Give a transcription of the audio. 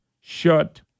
shut